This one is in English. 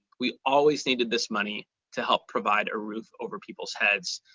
we always needed this money to help provide a roof over people's heads,